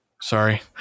sorry